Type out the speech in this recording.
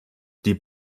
die